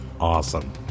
Awesome